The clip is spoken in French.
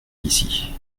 ici